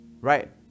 Right